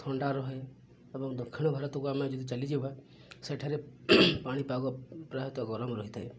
ଥଣ୍ଡା ରହେ ଏବଂ ଦକ୍ଷିଣ ଭାରତକୁ ଆମେ ଯଦି ଚାଲିଯିବା ସେଠାରେ ପାଣିପାଗ ପ୍ରାୟତଃ ଗରମ ରହିଥାଏ